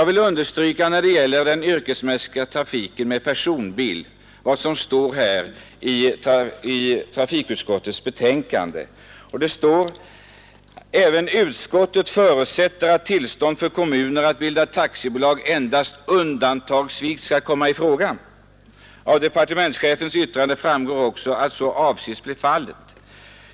Vad gäller den yrkesmässiga trafiken med personbil vill jag understryka följande som står i trafikutskottets betänkande: ”Även utskottet förutsätter att tillstånd för kommuner att bilda taxibolag endast undantagsvis skall komma i fråga. Av departementschefens yttrande framgår också att så avses bli fallet.